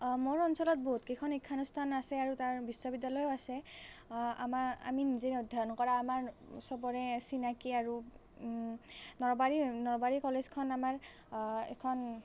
মোৰ অঞ্চলত বহুত কেইখন শিক্ষানুষ্ঠান আছে আৰু তাৰ বিশ্ববিদ্যালয়ো আছে আমাৰ আমি নিজে অধ্যয়ন কৰা আমাৰ চবৰে চিনাকি আৰু নলবাৰী নলবাৰী কলেজখন আমাৰ এখন